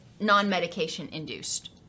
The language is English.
non-medication-induced